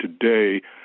today